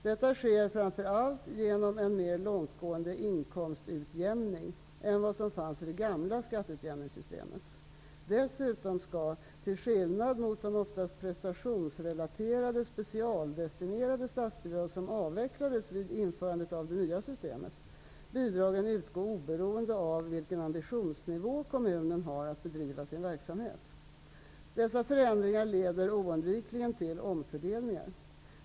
Detta sker framför allt genom en mer långtgående inkomstutjämning än vad som fanns i det gamla skatteutjämningssystemet. Dessutom skall, till skillnad mot de oftast prestationsrelaterade specialdestinerade statsbidrag som avvecklades vid införandet av det nya systemet, bidragen utgå oberoende av vilken ambitionsnivå kommunen har att bedriva sin verksamhet. Dessa förändringar leder oundvikligen till omfördelningar.